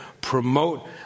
promote